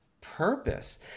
purpose